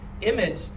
image